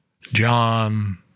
John